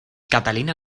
catalina